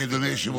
אדוני היושב-ראש,